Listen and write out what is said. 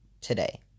today